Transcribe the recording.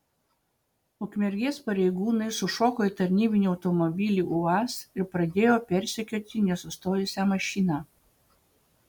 ukmergės pareigūnai sušoko į tarnybinį automobilį uaz ir pradėjo persekioti nesustojusią mašiną